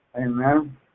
Amen